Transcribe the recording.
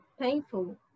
painful